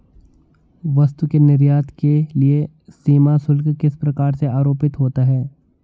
वस्तु के निर्यात के लिए सीमा शुल्क किस प्रकार से आरोपित होता है?